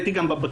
הייתי גם בכנסת,